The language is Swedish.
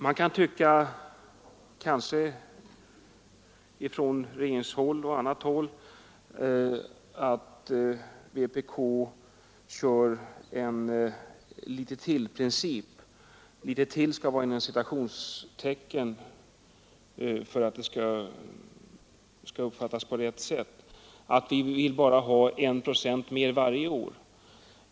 Man kan kanske från regeringshåll och annat håll tycka att vpk kör med en ”litet-till-princip”, att vi alltid vill ha ytterligare en procent varje år.